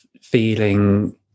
feeling